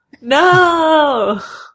No